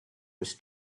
was